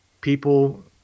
people